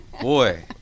boy